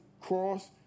cross